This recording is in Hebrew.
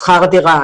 שכר דירה,